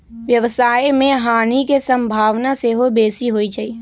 व्यवसाय में हानि के संभावना सेहो बेशी होइ छइ